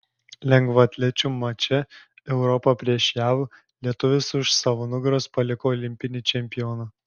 lengvaatlečių mače europa prieš jav lietuvis už savo nugaros paliko olimpinį čempioną